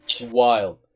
wild